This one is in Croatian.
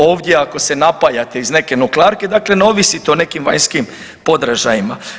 Ovdje ako se napajate iz neke nuklearke, dakle ne ovisite o nekim vanjskim podražajima.